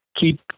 keep